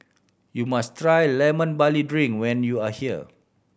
you must try Lemon Barley Drink when you are here